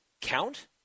count